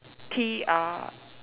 T R